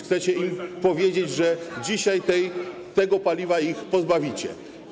Chcecie im powiedzieć, że dzisiaj tego paliwa ich pozbawicie.